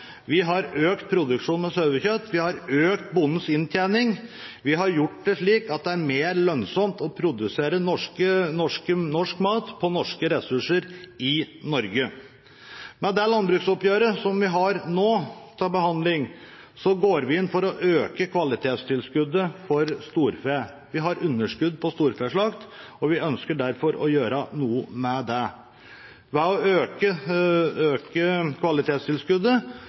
Vi har økt produksjonen av sauekjøtt. Vi har økt bondens inntjening. Vi har gjort det slik at det er mer lønnsomt å produsere norsk mat på norske ressurser i Norge. Med det landbruksoppgjøret som vi nå har til behandling, går vi inn for å øke kvalitetstilskuddet for storfe. Vi har underskudd på storfeslakt, og vi ønsker derfor å gjøre noe med det. Ved å øke kvalitetstilskuddet